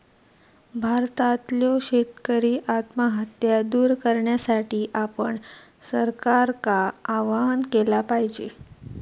भारतातल्यो शेतकरी आत्महत्या दूर करण्यासाठी आपण सरकारका आवाहन केला पाहिजे